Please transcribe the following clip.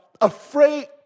afraid